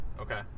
Okay